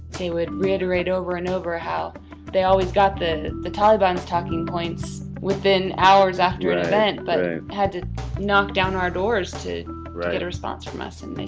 they would reiterate over and over how they always got the the taliban's talking points within hours after an event but ah had to knock down our doors to get a response from us. and they